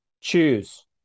Choose